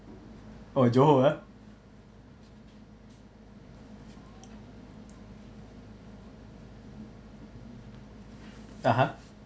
(uh huh)